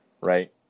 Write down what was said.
right